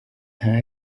nta